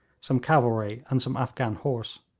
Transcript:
some cavalry and some afghan horse.